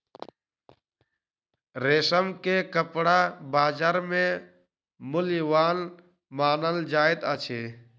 रेशम के कपड़ा बजार में मूल्यवान मानल जाइत अछि